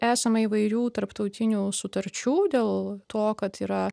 esama įvairių tarptautinių sutarčių dėl to kad yra